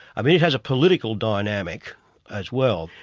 um it it has a political dynamic as well.